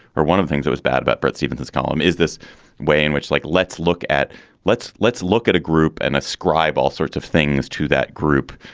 or one of the things it was bad about bret stephens, this column is this way in which like let's look at let's let's look at a group and ascribe all sorts of things to that group.